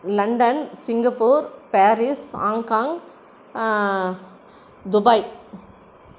London Singapore Paris Hong Kong Dubai